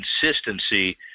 consistency